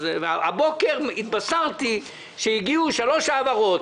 הבוקר התבשרתי שהגיעו שלוש העברות